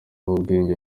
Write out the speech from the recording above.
ubwenge